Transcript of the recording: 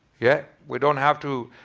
yeah? we don't have to